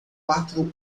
quatro